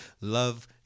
Love